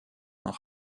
noch